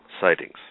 sightings